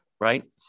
right